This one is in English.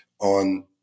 On